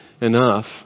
enough